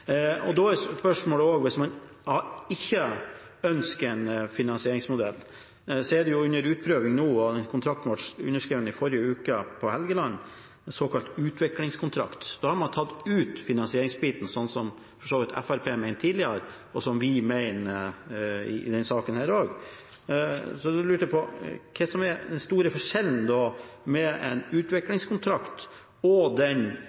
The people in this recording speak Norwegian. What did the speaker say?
er da hvis man ikke ønsker en finansieringsmodell: Det er under utprøving nå en såkalt utviklingskontrakt som ble underskrevet i forrige uke på Helgeland, der man har tatt ut finansieringsbiten, slik som for så vidt Fremskrittspartiet mente tidligere, og som vi mener i denne saken også – og da lurer jeg på hva som er den store forskjellen på en utviklingskontrakt og den